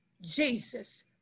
Jesus